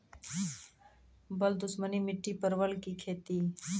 बल दुश्मनी मिट्टी परवल की खेती?